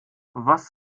was